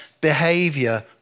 behavior